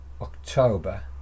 October